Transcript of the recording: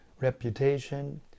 reputation